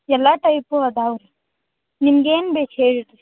ಎಲ್ಲಾ ಟೈಪು ಅದಾವೆ ರೀ ನಿಮ್ಗೆನು ಬೇಕು ಹೇಳಿ ರೀ